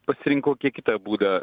pasirinkau kiek kitą būdą